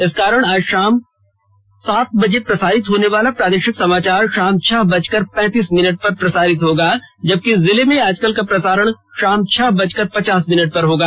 इस कारण आज शाम सात बजे प्रसारित होने वाला प्रादेशिक समाचार शाम छह बजकर पैंतीस मिनट पर होगा जबकि जिले में आजकल का प्रसारण शाम छह बजकर पचास मिनट पर होगा